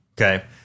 Okay